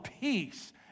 peace